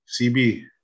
CB